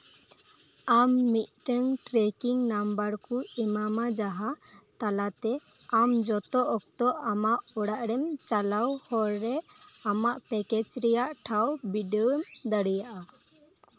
ᱟᱢ ᱢᱤᱫᱴᱟᱝ tracking number ᱠᱚ ᱮᱢᱟᱢᱟ ᱡᱟᱦᱟᱸ ᱛᱟᱞᱟᱛᱮ ᱟᱢ ᱡᱚᱛᱚ ᱚᱠᱛᱚ ᱟᱢᱟᱜ ᱚᱲᱟᱜ ᱨᱮᱢ ᱪᱟᱞᱟᱣ ᱦᱚᱨ ᱨᱮ ᱟᱢᱟᱜ ᱯᱮᱠᱮᱡᱽ ᱨᱮᱭᱟᱜ ᱴᱷᱟᱶ ᱵᱤᱰᱟᱹᱣᱮᱢ ᱫᱟᱲᱮᱭᱟᱜᱼᱟ